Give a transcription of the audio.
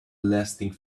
lasting